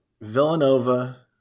Villanova